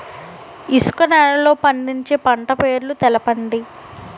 ఇసుక నేలల్లో పండించే పంట పేర్లు తెలపండి?